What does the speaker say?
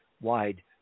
wide